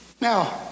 Now